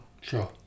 Sure